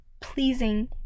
pleasing